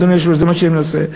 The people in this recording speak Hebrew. נא לסיים.